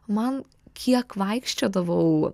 man kiek vaikščiodavau